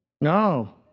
No